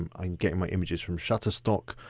um i'm getting my images from shutterstock.